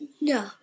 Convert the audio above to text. No